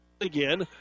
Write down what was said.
again